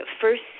first